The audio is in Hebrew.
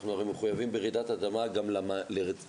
אנחנו הרי מחויבים ברעידת אדמה גם לרציפות